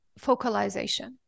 focalization